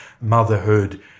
motherhood